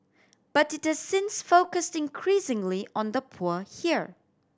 but it has since focused increasingly on the poor here